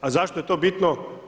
A zašto je to bitno?